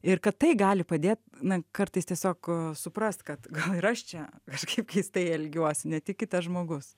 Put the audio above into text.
ir kad tai gali padėt na kartais tiesiog suprast kad gal ir aš čia kažkaip keistai elgiuosi ne tik kitas žmogus